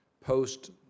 post